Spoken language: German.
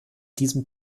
diesem